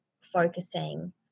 focusing